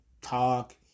talk